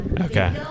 Okay